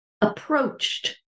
approached